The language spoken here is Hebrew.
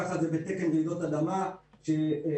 ככה זה בתקן רעידות אדמה שנכנס,